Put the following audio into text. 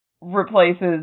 replaces